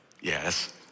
yes